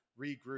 regroup